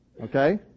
Okay